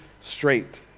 straight